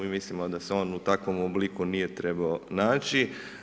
Mi mislimo da se on u takvom obliku nije trebao naći.